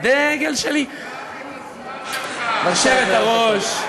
הדגל שלי, " היושבת-ראש,